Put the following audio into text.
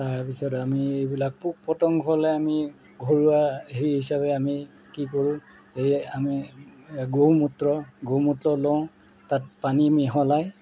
তাৰপিছত আমি এইবিলাক পোক পতংগলৈ আমি ঘৰুৱা হেৰি হিচাপে আমি কি কৰোঁ আমি গৌমূত্ৰ গৌমূত্ৰ লওঁ তাত পানী মিহলাই